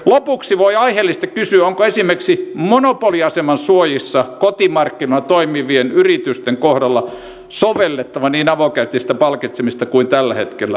lopuksi voi aiheellisesti kysyä onko esimerkiksi monopoliaseman suojissa kotimarkkinoilla toimivien yritysten kohdalla sovellettava niin avokätistä palkitsemista kuin tällä hetkellä